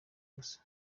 gusa